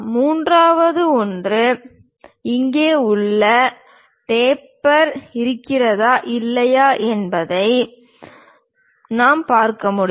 மூன்றாவது ஒன்று இங்கே உள்ளே டேப்பர் இருக்கிறதா இல்லையா என்பதை நாம் பார்க்க முடியும்